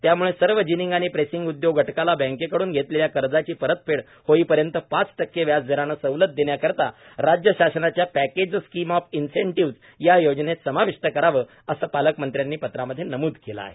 त्याम्ळे सर्व जिनिंग आणि प्रेसिंग उद्योग घटकाला बँकेकडून घेतलेल्या कर्जाची परतफेड होईपर्यंत पाच टक्के व्याज दराने सवलत देण्याकरीता राज्य शासनाच्या पॅकेज स्कीम ऑफ इंनसेंटिव्हज या योजनेत समाविष्ट करावे असे पालकमंत्र्यांनी पत्रामध्ये नम्द केले आहे